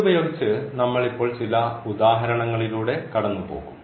ഇതുപയോഗിച്ച് നമ്മൾ ഇപ്പോൾ ചില ഉദാഹരണങ്ങളിലൂടെ കടന്നുപോകും